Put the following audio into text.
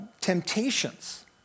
temptations